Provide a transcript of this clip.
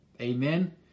Amen